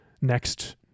next